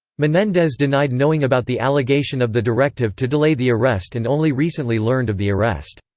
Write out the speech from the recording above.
menendez denied knowing about the allegation of the directive to delay the arrest and only recently learned of the arrest.